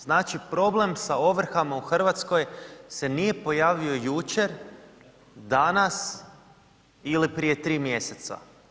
Znači problem sa ovrhama u Hrvatskoj se nije pojavio jučer, danas ili prije 3 mjeseca.